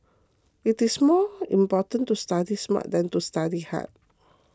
it is more important to study smart than to study hard